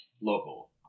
local